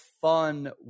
fun